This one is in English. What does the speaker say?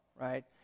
Right